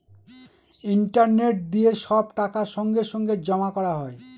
internet দিয়ে সব টাকা সঙ্গে সঙ্গে জমা করা হয়